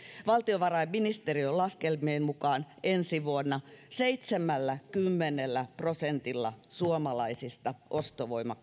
valtiovarainministeriön laskelmien mukaan ensi vuonna seitsemälläkymmenellä prosentilla suomalaisista ostovoima